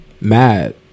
mad